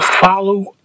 follow